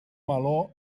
meló